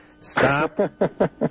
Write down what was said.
Stop